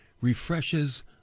refreshes